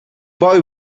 boy